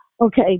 okay